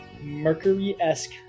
mercury-esque